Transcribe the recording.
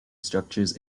structures